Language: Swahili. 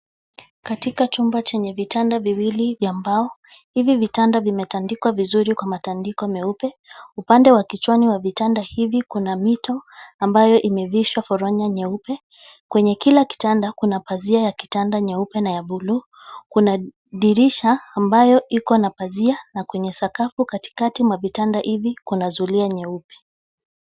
Katika chumba chenye vitanda viwili vya mbao. Hivi vitanda vimetandikwa vizuri kwa matandiko meupe. Upande wa kichwani wa vitanda hivi kuna mito, ambayo imevishwa foronya nyeupe. Kwenye kila kitanda kuna pazia ya kitanda nyeupe na ya bluu. Kuna dirisha ambayo iko na pazia na kwenye sakafu katikati mwa vitanda hivi kuna zulia nyeupe.